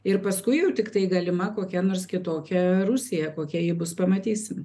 ir paskui jau tiktai galima kokia nors kitokia rusija kokia ji bus pamatysim